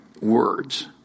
words